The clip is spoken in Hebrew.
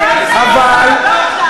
איזה שר אתה?